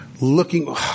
looking